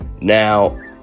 now